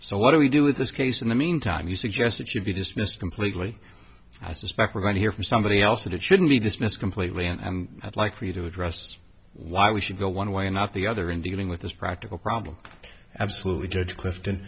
so what do we do with this case in the meantime you suggest it should be dismissed completely i suspect we're going to hear from somebody else that it shouldn't be dismissed completely and i'd like for you to address why we should go one way and not the other in dealing with this practical problem absolutely judge clifton